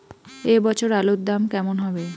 এ বছর আলুর দাম কেমন হবে?